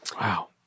Wow